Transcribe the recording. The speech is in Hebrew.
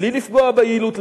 בלי לפגוע ביעילות.